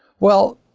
well,